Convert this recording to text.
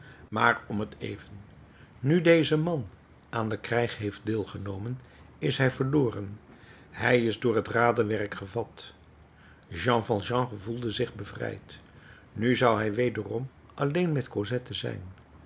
maar om t even nu deze man aan den krijg heeft deelgenomen is hij verloren hij is door het raderwerk gevat jean valjean gevoelde zich bevrijd nu zou hij wederom alleen met cosette zijn